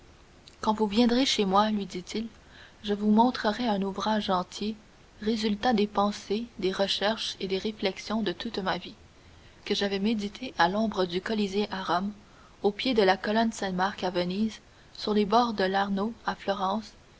quand vous viendrez chez moi lui dit-il je vous montrerai un ouvrage entier résultat des pensées des recherches et des réflexions de toute ma vie que j'avais médité à l'ombre du colisée à rome au pied de la colonne saint-marc à venise sur les bords de l'arno à florence